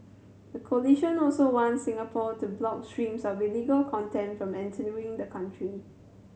the coalition also wants Singapore to block streams of illegal content from entering the country